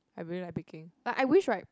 I really like baking but I wish right